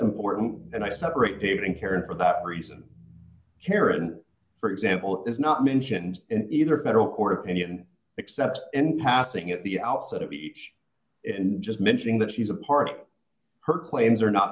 important and i separate david and karen for that reason karen for example is not mentioned in either federal court opinion except in passing at the outset of each and just mentioning that she is a part of her claims are not